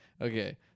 okay